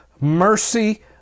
mercy